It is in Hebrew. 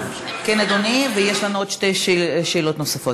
כן, אדוני, ויש לנו עוד שתי שאלות נוספות.